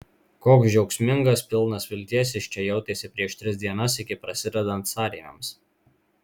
koks džiaugsmingas pilnas vilties jis čia jautėsi prieš tris dienas iki prasidedant sąrėmiams